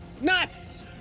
Nuts